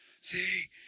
See